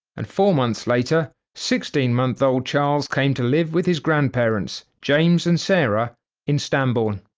and four months later sixteen month old charles came to live with his grandparents james and sarah in stambourne